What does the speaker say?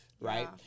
right